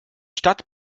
stadt